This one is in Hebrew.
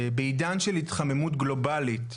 בעידן של התחממות גלובלית,